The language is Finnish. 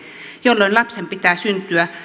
jolloin lapsen pitää syntyä